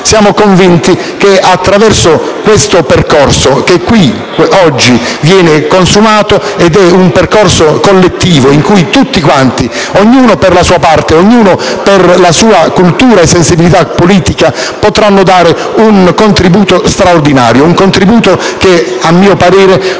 Siamo convinti che, attraverso questo percorso che qui oggi viene consumato, che è un percorso collettivo, tutti quanti - ognuno per la sua parte, ognuno per la sua cultura e sensibilità politica - potranno dare un contributo straordinario, che a mio parere può